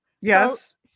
Yes